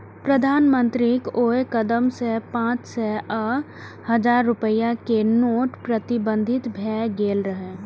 प्रधानमंत्रीक ओइ कदम सं पांच सय आ हजार रुपैया के नोट प्रतिबंधित भए गेल रहै